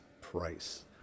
price